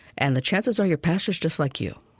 and the chances are your pastor's just like you.